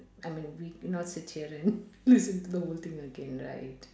I mean we not sit here and listen to the whole thing again right